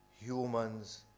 humans